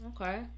Okay